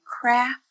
craft